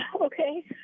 Okay